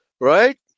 Right